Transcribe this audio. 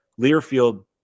Learfield